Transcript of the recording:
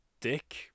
dick